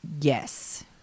Yes